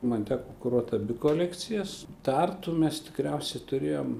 man teko kuruot abi kolekcijas tartu mes tikriausiai turėjom